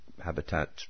Habitat